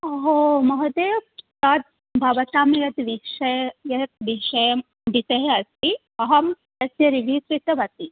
अहो महोदय तद् भवतां यद् विषय यः विषयः विषयः अस्ति अहं तस्य रिव्यु कृतवती